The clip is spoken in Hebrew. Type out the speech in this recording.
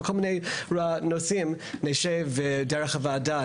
וישנם נושאים אחרים.